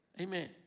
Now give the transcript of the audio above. Amen